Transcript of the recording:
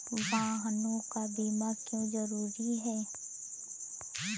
वाहनों का बीमा क्यो जरूरी है?